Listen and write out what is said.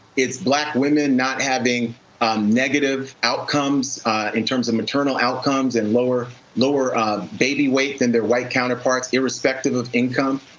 it's black women not having negative outcomes in terms of maternal outcomes and lower lower um baby weight than their white counterparts, irrespective of income.